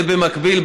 ובמקביל,